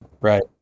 Right